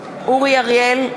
אריאל,